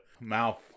mouth